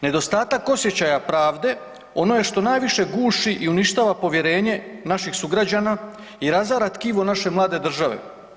Nedostatak osjećaja pravde ono je što najviše guši i uništava povjerenje naših sugrađana i razara tkivo naše mlade države.